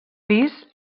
pis